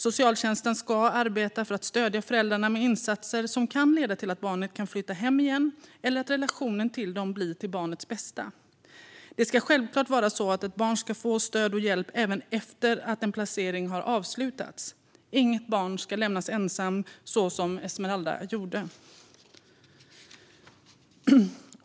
Socialtjänsten ska arbeta för att stödja föräldrarna med insatser som kan leda till att barnet kan flytta hem igen eller att relationen till dem blir till barnets bästa. Det ska självklart vara så att ett barn ska få stöd och hjälp även efter att en placering har avslutats. Inget barn ska lämnas ensam så som Esmeralda blev.